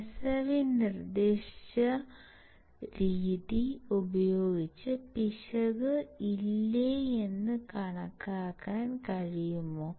Razavi നിർദ്ദേശിച്ച രീതി ഉപയോഗിച്ച് പിശക് ഇല്ലേ എന്ന് കണക്കാക്കാൻ കഴിയുമോ